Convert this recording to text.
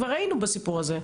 כבר היינו בסיפור הזה,